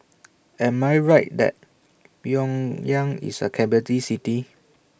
Am I Right that Pyongyang IS A Capital City